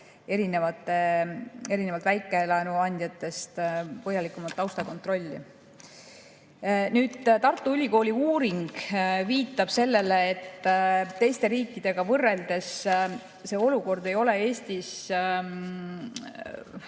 erinevalt väikelaenuandjatest põhjalikumat taustakontrolli. Tartu Ülikooli uuring viitab sellele, et teiste riikidega võrreldes ei ole olukord Eestis